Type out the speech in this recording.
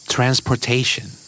Transportation